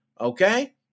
Okay